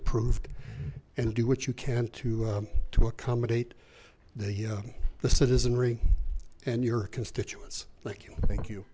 approved and do what you can to to accommodate that here the citizenry and your constituents like you thank you